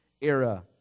era